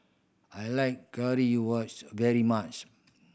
I like very much